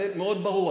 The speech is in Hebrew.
זה מאוד ברור.